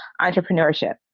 entrepreneurship